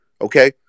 Okay